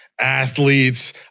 athletes